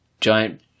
Giant